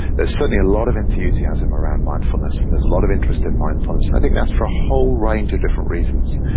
there's certainly a lot of enthusiasm around mindfulness and there's a lot of interest in mindfulness, and i think that's for a whole range of different reasons,